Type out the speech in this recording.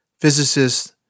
physicists